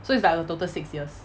so it's like a total six years